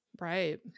right